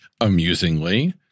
amusingly